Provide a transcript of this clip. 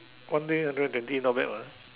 one day hundred twenty not bad mah